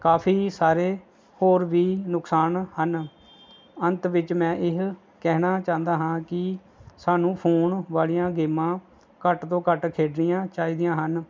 ਕਾਫੀ ਸਾਰੇ ਹੋਰ ਵੀ ਨੁਕਸਾਨ ਹਨ ਅੰਤ ਵਿੱਚ ਮੈਂ ਇਹ ਕਹਿਣਾ ਚਾਹੁੰਦਾ ਹਾਂ ਕਿ ਸਾਨੂੰ ਫੋਨ ਵਾਲੀਆਂ ਗੇਮਾਂ ਘੱਟ ਤੋਂ ਘੱਟ ਖੇਡਣੀਆਂ ਚਾਹੀਦੀਆਂ ਹਨ